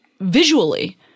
visually